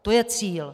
To je cíl.